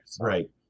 right